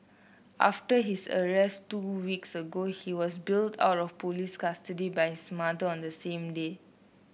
after his arrest two weeks ago he was bailed out of police custody by his mother on the same day